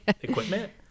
equipment